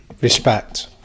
respect